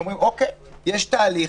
ואומרים: יש תהליך,